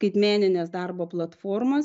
skaitmeninės darbo platformos